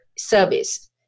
service